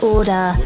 Order